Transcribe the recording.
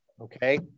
okay